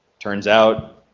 turns out,